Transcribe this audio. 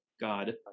God